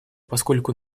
поскольку